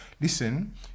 listen